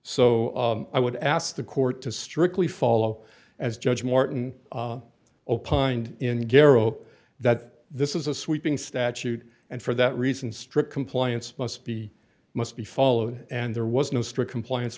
so i would ask the court to strictly follow as judge morton opined in garo that this is a sweeping statute and for that reason strict compliance must be must be followed and there was no strict compliance